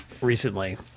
recently